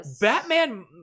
batman